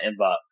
inbox